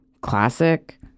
classic